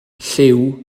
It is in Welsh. llyw